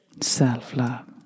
self-love